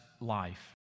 Life